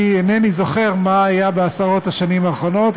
אני אינני זוכר מה היה בעשרות השנים האחרונות,